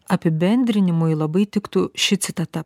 apibendrinimui labai tiktų ši citata